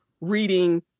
reading